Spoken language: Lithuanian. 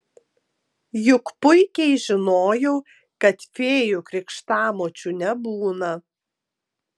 juk puikiai žinojau kad fėjų krikštamočių nebūna